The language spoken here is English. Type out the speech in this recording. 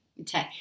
Okay